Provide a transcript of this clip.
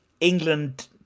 england